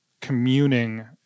communing